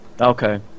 Okay